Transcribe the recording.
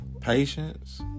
Patience